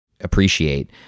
appreciate